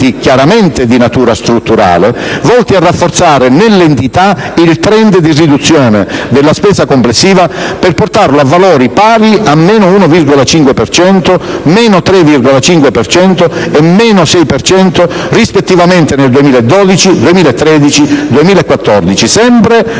chiaramente di natura strutturale, volti a rafforzare nell'entità il *trend* di riduzione della spesa complessiva, per portarlo a valori pari a meno 1,5 per cento, meno 3,5 per cento e meno 6 per cento, rispettivamente, nel 2012, 2013 e 2014, sempre